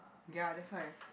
ya that's why